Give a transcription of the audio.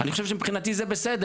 אני חושב שמבחינתי זה בסדר.